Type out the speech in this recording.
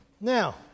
Now